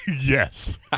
Yes